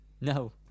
no